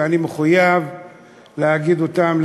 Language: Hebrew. שאני מחויב להגיד אותן,